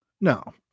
No